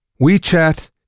WeChat